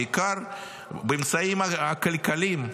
בעיקר באמצעים כלכליים,